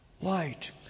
light